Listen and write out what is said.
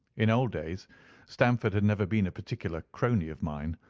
in old days stamford had never been a particular crony of mine,